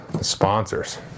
sponsors